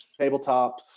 tabletops